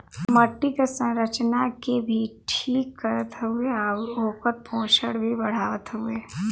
मट्टी क संरचना के भी ठीक करत हउवे आउर ओकर पोषण भी बढ़ावत हउवे